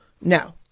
no